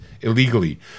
illegally